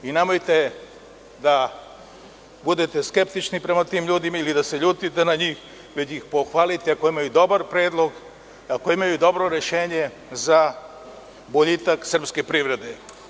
Nemojte da budete skeptični prema tim ljudima ili da se ljutite na njih, već ih pohvalite ako imaju dobar predlog, ako imaju dobro rešenje za boljitak srpske privrede.